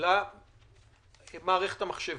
למערכת מחשבית.